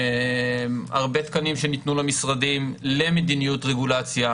הרבה תקנים שניתנו למשרדים למדיניות רגולציה,